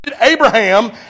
Abraham